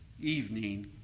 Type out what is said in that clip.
evening